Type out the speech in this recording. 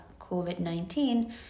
COVID-19